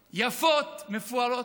יפות, מפוארות.